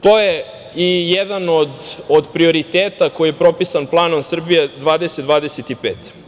To je i jedan od prioriteta koji je propisan planom „Srbija 2025“